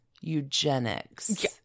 eugenics